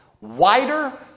wider